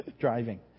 Driving